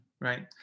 right